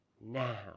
now